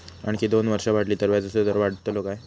आणखी दोन वर्षा वाढली तर व्याजाचो दर वाढतलो काय?